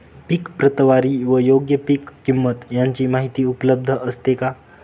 पीक प्रतवारी व योग्य पीक किंमत यांची माहिती उपलब्ध असते का?